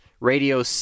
radio